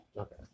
Okay